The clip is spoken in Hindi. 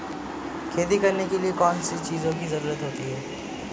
खेती करने के लिए कौनसी चीज़ों की ज़रूरत होती हैं?